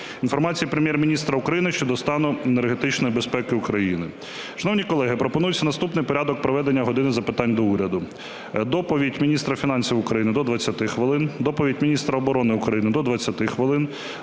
Інформація Прем'єр-міністра України щодо стану енергетичної безпеки України. Шановні колеги, пропонується наступний порядок проведення "години запитань до Уряду": доповідь міністра фінансів України – до 20 хвилин, доповідь міністра оборони України – до 20 хвилин,